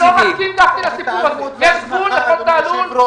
יש גבול לכל תעלול,